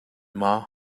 maw